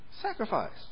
Sacrifice